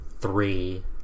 three